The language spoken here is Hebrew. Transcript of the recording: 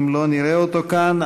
אם לא נראה אותו כאן,